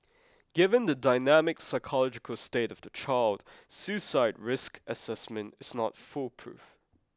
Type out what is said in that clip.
given the dynamic psychological state of the child suicide risk assessment is not foolproof